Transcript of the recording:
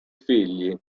figli